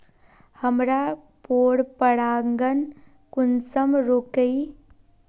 हमार पोरपरागण कुंसम रोकीई?